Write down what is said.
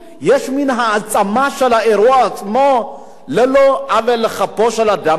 מין העצמה של האירוע עצמו על לא עוול בכפו של אדם מסוים.